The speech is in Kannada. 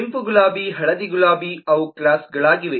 ಕೆಂಪು ಗುಲಾಬಿ ಹಳದಿ ಗುಲಾಬಿ ಅವು ಕ್ಲಾಸ್ಗಳಾಗಿವೆ